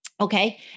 Okay